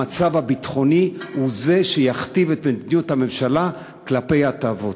המצב הביטחוני הוא זה שיכתיב את מדיניות הממשלה כלפי ההטבות.